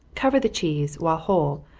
cover the cheese, while whole,